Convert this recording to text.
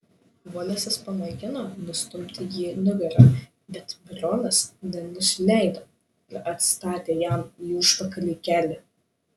volesas pamėgino nustumti jį nugara bet mironas nenusileido ir atstatė jam į užpakalį kelį